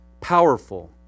powerful